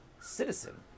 citizen